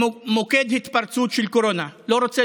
ומוקד התפרצות של קורונה אני לא רוצה